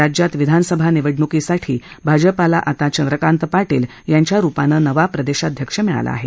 राज्यात विधानसभा निवडण्कीसाठी भाजपला आता चंद्रकांत पाटील यांच्या रुपाने नवा प्रदेशाध्यक्ष मिळाला आहे